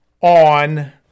on